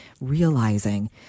realizing